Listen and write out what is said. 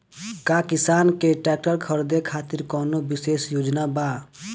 का किसान के ट्रैक्टर खरीदें खातिर कउनों विशेष योजना बा?